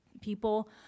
people